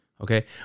Okay